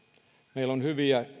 meillä on hyviä